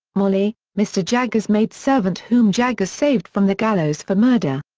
molly, mr. jaggers' maidservant whom jaggers saved from the gallows for murder.